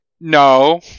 No